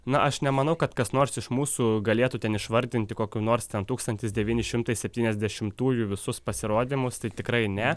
na aš nemanau kad kas nors iš mūsų galėtų ten išvardinti kokių nors ten tūkstantis devyni šimtai septyniasdešimtųjų visus pasirodymus tai tikrai ne